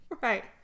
Right